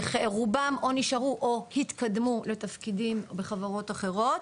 רובם או נשארו או התקדמו לתפקידים בחברות אחרות,